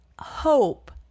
hope